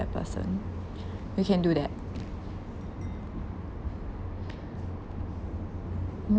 that person we can do that